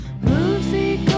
Movie